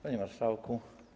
Panie Marszałku!